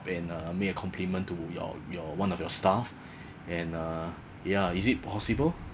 and uh make a compliment to your your one of your staff and uh ya is it possible